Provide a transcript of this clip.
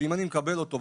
שאם אני מקבל אותו,